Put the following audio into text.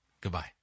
Goodbye